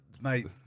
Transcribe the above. mate